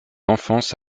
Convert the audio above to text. enfance